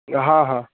हँ हँ